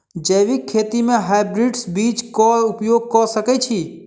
जैविक खेती म हायब्रिडस बीज कऽ उपयोग कऽ सकैय छी?